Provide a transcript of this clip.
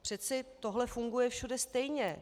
Přeci tohle funguje všude stejně.